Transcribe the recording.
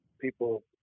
people